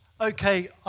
okay